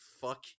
fuck